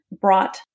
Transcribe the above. brought